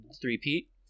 Three-peat